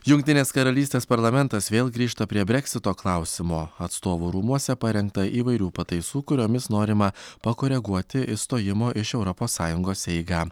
jungtinės karalystės parlamentas vėl grįžta prie breksito klausimo atstovų rūmuose parengta įvairių pataisų kuriomis norima pakoreguoti išstojimo iš europos sąjungos eigą